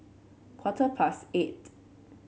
quarter past eight